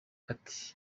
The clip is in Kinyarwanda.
ati